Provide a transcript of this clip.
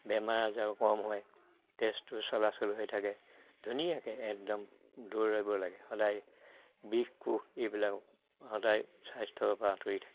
বেমাৰ আজাৰ কম হয় তেজটো চলাচল হৈ থাকে ধুনীয়াকে একদম দৌৰিব লাগে সদায় বিষ কোপ এইবিলাক সদায় স্বাস্থ্যৰ পৰা আঁতৰি থাকে